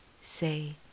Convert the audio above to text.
say